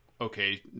okay